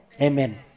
Amen